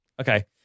okay